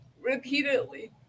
repeatedly